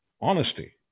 honesty